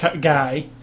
guy